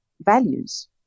Values